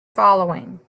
following